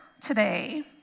today